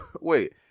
wait